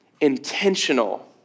intentional